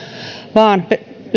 vaan